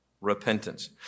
Repentance